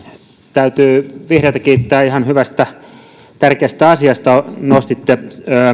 täytyy vihreitä kiittää ihan hyvästä tärkeästä asiasta nostitte